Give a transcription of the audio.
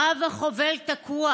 רב-החובל תקוע.